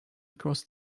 across